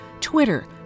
Twitter